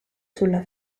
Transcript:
sulla